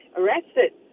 arrested